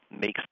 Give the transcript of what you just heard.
makes